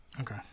Okay